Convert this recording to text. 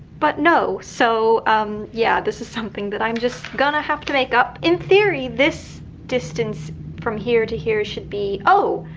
but no. so yeah, this is something that i'm just going to have make up. in theory, this distance from here to here should be, oh.